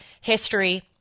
history